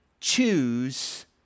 choose